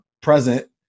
present